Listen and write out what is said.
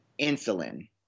insulin